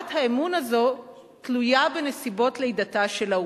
שרמת האמון הזאת תלויה בנסיבות לידתה של האומה.